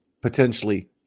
potentially